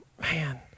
man